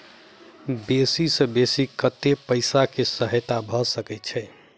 बेसी सऽ बेसी कतै पैसा केँ सहायता भऽ सकय छै?